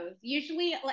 usually